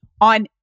on